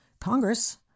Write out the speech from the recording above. Congress